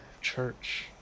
church